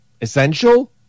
essential